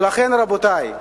לכן, רבותי,